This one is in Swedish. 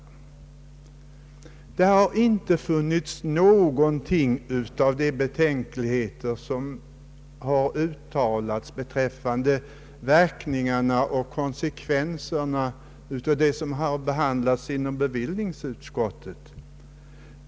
Där har inte funnits någonting av de betänkligheter som uttalats i fråga om konsekvenserna av de skatteförslag som bevillningsutskottet haft att behandla.